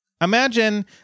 Imagine